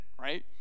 right